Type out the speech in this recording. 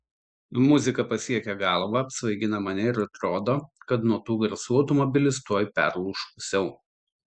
muzika pasiekia galvą apsvaigina mane ir atrodo kad nuo tų garsų automobilis tuoj perlūš pusiau